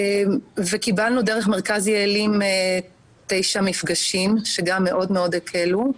קיבלנו דרך מרכז יעלים תשעה מפגשים שגם מאוד מאוד הקלו.